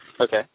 Okay